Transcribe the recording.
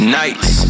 nights